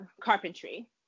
carpentry